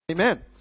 Amen